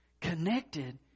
Connected